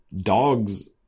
dogs